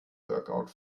workout